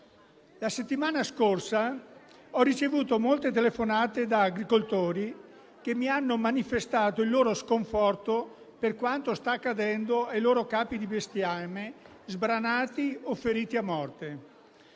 La settimana scorsa ho ricevuto molte telefonate da allevatori che mi hanno manifestato il loro sconforto per quanto sta accadendo ai loro capi di bestiame, sbranati o feriti a morte.